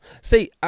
See